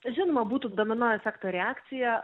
žinoma būtų domino efekto reakcija